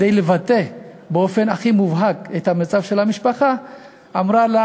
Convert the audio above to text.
כדי לבטא באופן הכי מובהק את המצב של המשפחה אמרה לה: